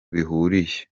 bihuriye